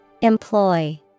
Employ